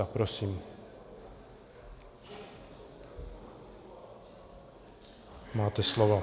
Prosím, máte slovo.